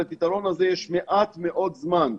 לפתרון הזה יש מעט מאוד זמן.